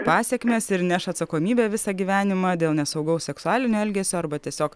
pasekmes ir neš atsakomybę visą gyvenimą dėl nesaugaus seksualinio elgesio arba tiesiog